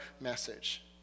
message